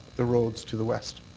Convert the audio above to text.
the roads to the west.